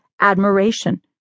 admiration